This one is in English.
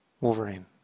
Wolverine